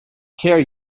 care